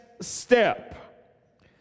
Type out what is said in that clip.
step